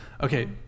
Okay